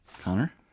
Connor